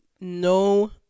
No